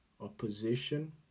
opposition